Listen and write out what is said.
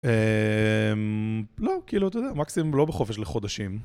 אה... לא, כאילו, אתה יודע, מקסימום לא בחופש לחודשים.